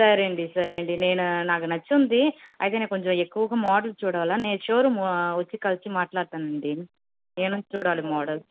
సరే అండి సరే అండి నేను నాకు నచ్చింది అయితే నేను కొంచెం ఎక్కువగా మోడల్స్ చూడాలి నేను షోరూం వచ్చి కలిసి మాట్లాడతానండి ఏమేం చూడాలి మోడల్స్